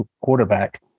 quarterback